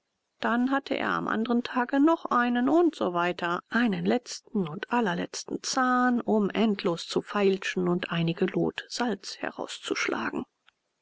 dann hatte er am andern tage noch einen und so weiter einen letzten und allerletzten zahn um endlos zu feilschen und einige lot salz herauszuschlagen